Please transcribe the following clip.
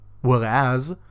Whereas